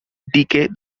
decay